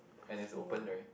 and is open right